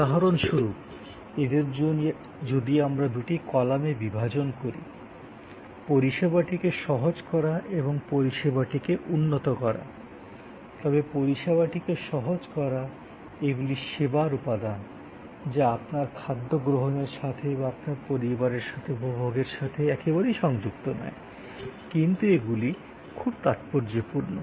উদাহরণস্বরূপ এদের যদি আমরা দুটি কলামে বিভাজন করি পরিষেবাটিকে সহজ করা এবং পরিষেবাটিকে উন্নত করা তবে পরিষেবাটিকে সহজ করা এগুলি সেবার উপাদান যা আপনার খাদ্য গ্রহণের সাথে বা আপনার পরিবারের সাথে উপভোগের সাথে একেবারেই সংযুক্ত নয় কিন্তু এগুলি খুব তাৎপর্যপূর্ণ